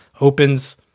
opens